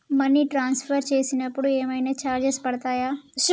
Money transfer చేసినప్పుడు ఏమైనా charges పడతయా?